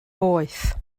boeth